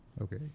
okay